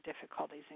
difficulties